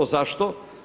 Zašto?